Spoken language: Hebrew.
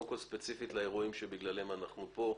קודם כל, ספציפית לאירועים שבגללם אנחנו כאן,